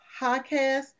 podcast